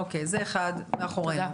אוקיי, זה אחת, מאחורינו.